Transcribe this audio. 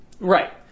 Right